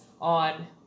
on